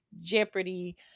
jeopardy